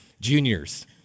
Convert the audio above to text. juniors